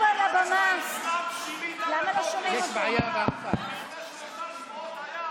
שהופסק לה בפתאומיות הרצף הטיפולי בקנביס הרפואי.